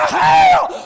hell